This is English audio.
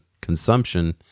consumption